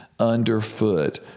underfoot